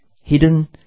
hidden